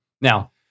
now